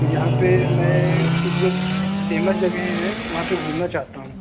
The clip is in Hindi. औ यहाँ पर मैं कुछ जो फेमस जगह हैं वहाँ पर घूमना चाहता हूँ